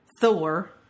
Thor